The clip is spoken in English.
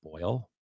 boil